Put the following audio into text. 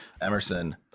Emerson